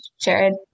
Jared